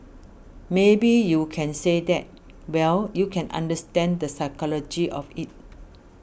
maybe you can say that well you can understand the psychology of it